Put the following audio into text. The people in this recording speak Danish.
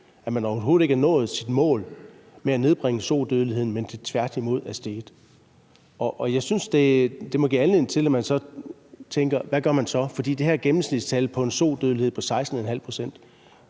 at man overhovedet ikke har nået sit mål med at nedbringe sodødeligheden; den tværtimod er steget. Jeg synes, det må give anledning til, at man tænker: Hvad gør man så? For det her gennemsnitstal for sodødelighed på 16½ pct.